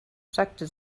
sagte